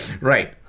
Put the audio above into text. Right